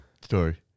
story